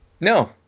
No